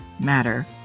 matter